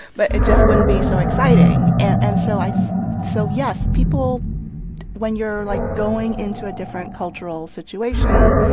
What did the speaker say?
but it just wouldn't be so exciting. and and so i so yes, people when you're, like, going into a different cultural situation,